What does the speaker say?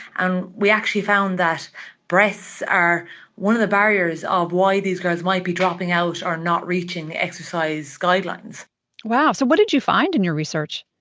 and we actually found that breasts are one of the barriers of why these girls might be dropping out or not reaching the exercise guidelines wow. so what did you find in your research?